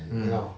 mmhmm